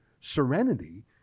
serenity